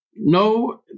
No